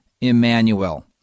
Emmanuel